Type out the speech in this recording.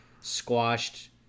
squashed